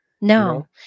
No